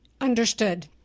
Understood